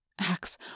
Axe